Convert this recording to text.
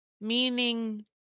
meaning